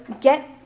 get